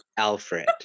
alfred